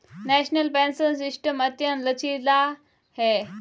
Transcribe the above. national pension system अत्यंत लचीला है